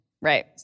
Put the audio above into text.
Right